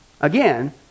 Again